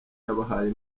yabahaye